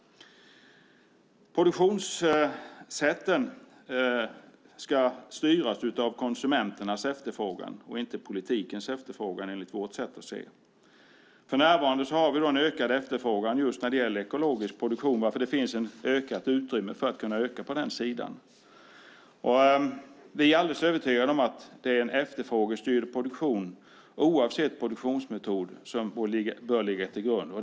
Produktionssätten ska styras av konsumenternas efterfrågan och inte av politikens efterfrågan enligt vårt sätt att se. För närvarande har vi en ökad efterfrågan på ekologisk produktion varför det finns utrymme för att öka på den sidan. Vi är alldeles övertygade om att en efterfrågestyrd produktion oavsett produktionsmetod bör ligga till grund.